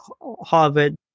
Harvard